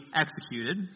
executed